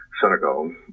Senegal